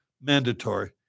mandatory